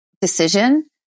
decision